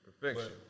Perfection